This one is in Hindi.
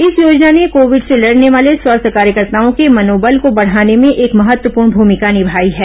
इस योजना ने कोविड से लडने वाले स्वास्थ्य कार्यकर्ताओं के मनोबल को बढ़ाने में एक महत्वपूर्ण भूमिका निभाई है